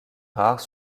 rares